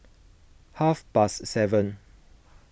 half past seven